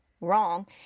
wrong